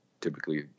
typically